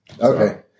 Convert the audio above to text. Okay